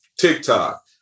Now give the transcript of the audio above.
TikTok